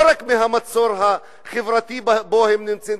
לא רק מהמצור החברתי שבו הם נמצאים,